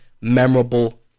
memorable